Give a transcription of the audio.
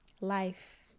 life